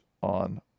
on